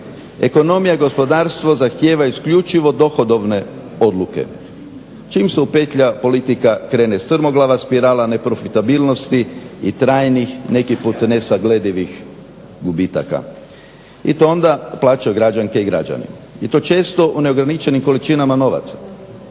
Ekonomija i gospodarstvo zahtijevaju isključivo dohodovne odluke. Čim se upetlja politika krene strmoglava spirala neprofitabilnosti i trajnih, neki put nesagledivih gubitaka i to onda plaćaju građanke i građani i to često u neograničenim količinama novaca.